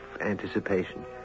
anticipation